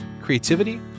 creativity